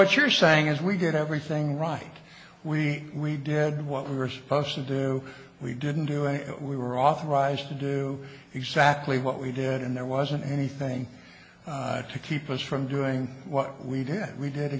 what you're saying is we did everything right we did what we were supposed to do we didn't do it we were authorized to do exactly what we did and there wasn't anything to keep us from doing what we did we did